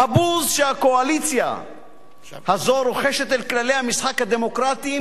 "הבוז שהקואליציה הזו רוחשת אל כללי המשחק הדמוקרטיים